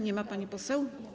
Nie ma pani poseł?